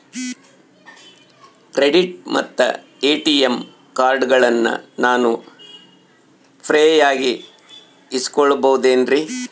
Credit ಮತ್ತ ATM ಕಾರ್ಡಗಳನ್ನ ನಾನು ಫ್ರೇಯಾಗಿ ಇಸಿದುಕೊಳ್ಳಬಹುದೇನ್ರಿ?